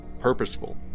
purposeful